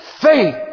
faith